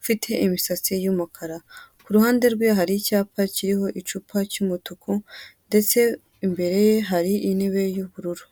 ufite imisatsi y'umukara. Ku ruhande rwe hari icyapa kiriho icupa cy'umutuku, ndetse imbere ye hari intebe y'ubururu.